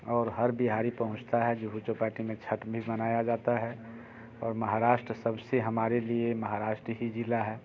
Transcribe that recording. और हर बिहारी पहुँचता है जुहू चौपाटी में छठ भी मनाया जाता है और महाराष्ट्र सबसे हमारे लिए महाराष्ट्र ही जिला है